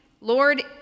Lord